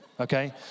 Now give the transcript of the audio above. okay